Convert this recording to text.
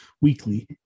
Weekly